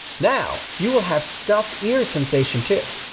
now you will have stuffed ears sensation too.